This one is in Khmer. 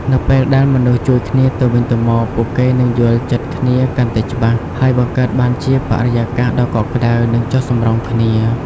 នៅពេលដែលមនុស្សជួយគ្នាទៅវិញទៅមក ពួកគេនឹងយល់ចិត្តគ្នាកាន់តែច្បាស់ ហើយបង្កើតបានជាបរិយាកាសដ៏កក់ក្តៅ និងចុះសម្រុងគ្នា។